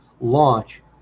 launch